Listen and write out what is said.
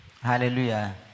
Hallelujah